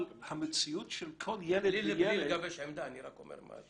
בלי לגבש עמדה, אני רק אומר.